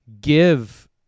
give